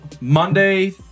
Monday